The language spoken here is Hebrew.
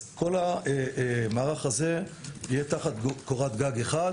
אז כל המערך הזה יהיה תחת קורת גג אחת